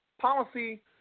Policy